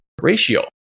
ratio